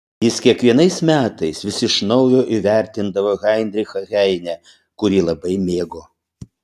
jis kiekvienais metais vis iš naujo įvertindavo heinrichą heinę kurį labai mėgo